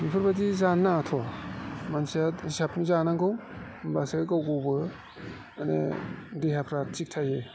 बेफोरबायदि जानो नाङाथ' मानसिया हिसाबनि जानांगौ होनबासो गाव गावबो माने देहाफ्रा थिग थायो